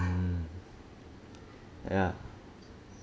hmm ya